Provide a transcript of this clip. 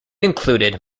included